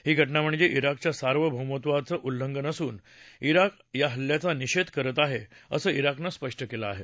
ही घटना म्हणजे ित्राकच्या सार्वभौमत्वाचं उल्लंघन असून ित्राक या हल्ल्याचा निषेध करत आहे असं त्राकनं स्पष्ट केलं आहे